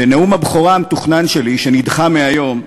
בנאום הבכורה המתוכנן שלי, שנדחה מהיום,